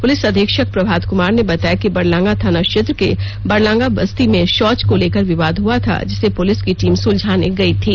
police अधीक्षक प्रभात क्मार ने बताया कि बरलांगा थाना क्षेत्र के बरलंगा बस्ती में शौच को लेकर विवाद हुआ था जिसे पुलिस की टीम सुलझाने गयी थी